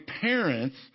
parents